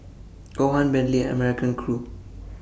Johan Bentley and American Crew